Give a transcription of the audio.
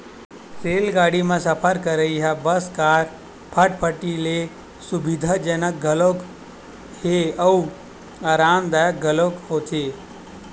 रेलगाड़ी म सफर करइ ह बस, कार, फटफटी ले सुबिधाजनक घलोक हे अउ अरामदायक घलोक होथे